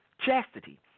chastity